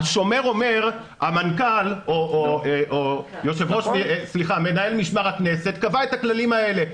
השומר אומר שהמנכ"ל או מנהל משמר הכנסת קבע את הכללים האלה,